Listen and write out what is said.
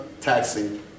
taxi